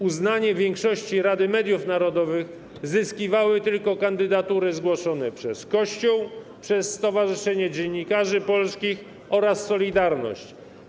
Uznanie większości Rady Mediów Narodowych zyskiwały tylko kandydatury zgłoszone przez Kościół, Stowarzyszenie Dziennikarzy Polskich oraz „Solidarność”